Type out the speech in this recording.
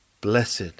blessed